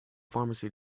pharmacy